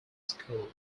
school